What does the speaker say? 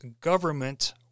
government